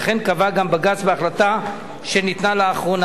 וכן קבע גם בג"ץ בהחלטה שניתנה לאחרונה.